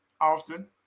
often